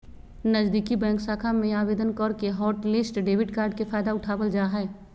नजीदीकि बैंक शाखा में आवेदन करके हॉटलिस्ट डेबिट कार्ड के फायदा उठाबल जा हय